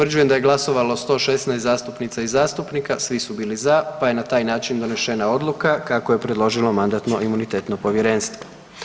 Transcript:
Utvrđujem da je glasovalo 116 zastupnica i zastupnika, svi su bili za pa je na taj način donešena odluka kako je predložilo Mandatno-imunitetno povjerenstvo.